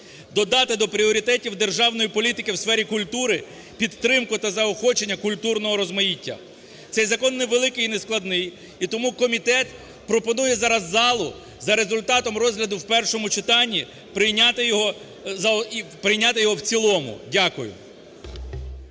Додати до пріоритетів державної політики в сфері культури підтримку та заохочення культурного розмаїття. Цей закон невеликий і нескладний. І тому комітет пропонує зараз залу за результатом розгляду в першому читанні прийняти його в цілому. Дякую.